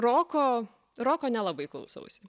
roko roko nelabai klausausi